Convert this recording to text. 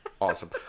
Awesome